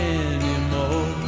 anymore